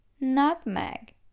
Nutmeg